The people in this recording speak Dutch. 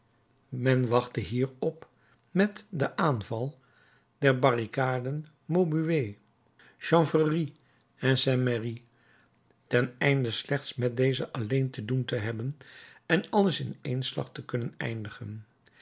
men wachtte hierop met den aanval der barricaden maubuée chanvrerie en saint merry ten einde slechts met deze alleen te doen te hebben en alles in één slag te kunnen eindigen